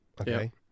Okay